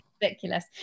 ridiculous